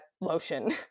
lotion